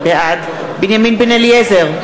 בעד בנימין בן-אליעזר,